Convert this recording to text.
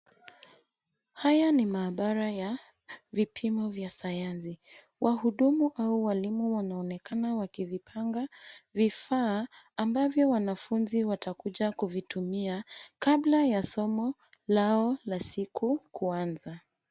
Haya ni maabara ya vipimo vya sayansi. Wahudumu au walimu wanaonekana wakivipanga vifaa ambavyo wanafunzi watakuja kuvitumia kabla ya somo lao la siku kuanza.